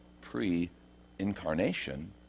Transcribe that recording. pre-incarnation